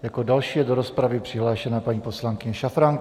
Jako další je do rozpravy přihlášena paní poslankyně Šafránková.